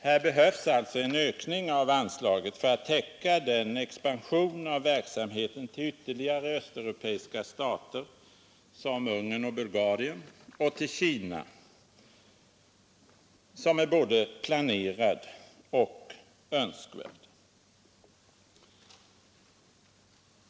Här behövs alltså en ökning av anslaget för att täcka den expansion av verksamheten till ytterligare östeuropeiska stater, som Ungern och Bulgarien, och till Kina som är både planerad och önskvärd.